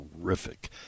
terrific